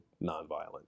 non-violent